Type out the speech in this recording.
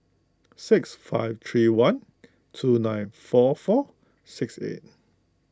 six five three one two nine four four six eight